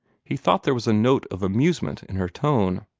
he thought there was a note of amusement in her tone.